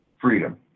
Freedom